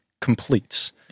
completes